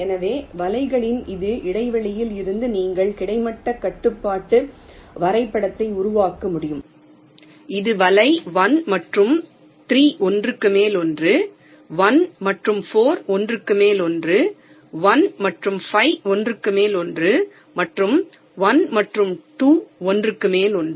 எனவே வலைகளின் இந்த இடைவெளியில் இருந்து நீங்கள் கிடைமட்ட கட்டுப்பாட்டு வரைபடத்தை உருவாக்க முடியும் இது வலை 1 மற்றும் 3 ஒன்றுக்கு மேல் ஒன்று 1 மற்றும் 4 ஒன்றுக்கு மேல் ஒன்று 1 மற்றும் 5 ஒன்றுக்கு மேல் ஒன்று மற்றும் 1 மற்றும் 2 ஒன்றுக்கு மேல் ஒன்று